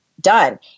Done